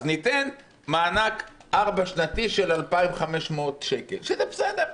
אז ניתן מענק ארבע שנתי של 2,500 שקלים, שזה בסדר.